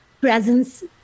presence